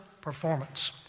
performance